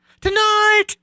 Tonight